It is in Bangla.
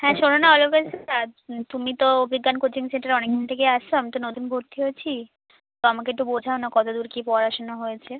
হ্যাঁ শোনো না অলকা তুমি তো অভিজ্ঞান কোচিং সেন্টারে অনেকদিন থেকেই আসছো আমি তো নতুন ভর্তি হয়েছি তো আমাকে একটু বোঝাও না কতদূর কী পড়াশুনো হয়েছে